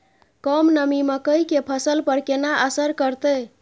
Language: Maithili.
कम नमी मकई के फसल पर केना असर करतय?